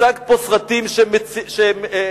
הצגת פה סרטים ערכיים,